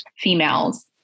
females